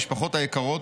המשפחות היקרות,